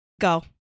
Go